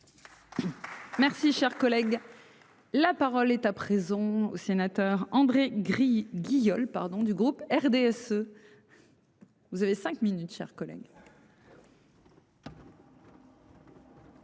Merci cher collègue. La parole est à présent au sénateur André gris Guillaume pardon du groupe RDSE. Vous avez 5 minutes, chers collègues.